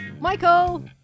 Michael